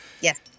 Yes